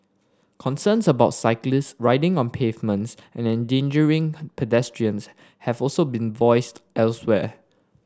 concerns about cyclist riding on pavements and endangering pedestrians have also been voiced elsewhere